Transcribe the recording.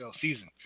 season